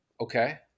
Okay